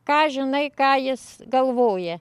ką žinai ką jis galvoja